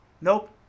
Nope